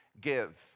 give